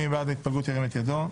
מי בעד ההתפלגות, ירים את ידו.